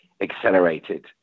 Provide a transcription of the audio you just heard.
accelerated